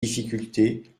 difficultés